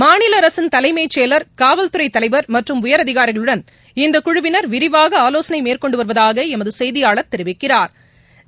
மாநில அரசின் தலைமச் செயலர் காவல்துறை தலைவர் மற்றும் உயர் அதிகாரிகளுடன் இந்தக்குழுவினா் விரிவாக ஆலோசனை மேற்கொண்டு வருவதாக எமது செய்தியாளா் தெரிவிக்கிறாா்